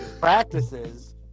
practices